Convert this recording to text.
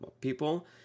people